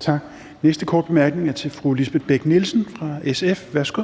Tak. Den næste korte bemærkning er til fru Lisbeth Bech-Nielsen fra SF. Værsgo.